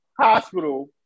Hospital